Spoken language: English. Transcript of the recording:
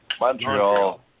Montreal